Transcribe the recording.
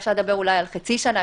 אפשר לחשוב על חצי שנה,